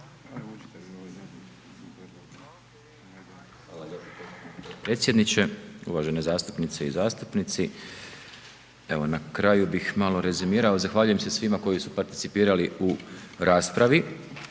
Hvala lijepo predsjedniče, uvažene zastupnice i zastupnici. Evo na kraju bih malo rezimirao, zahvaljujem se svima koji su participirali u raspravi.